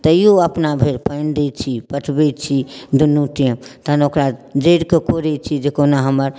तैओ अपनाभरि पानि दै छी पटबै छी दुनू टाइम तहन ओकरा जड़िके कोड़ै छी जे कहुना हमर